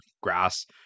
grass